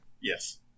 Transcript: Yes